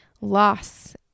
loss